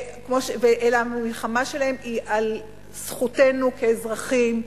אלא המלחמה שלהם היא על זכותנו כאזרחים,